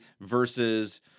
versus